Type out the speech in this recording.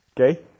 Okay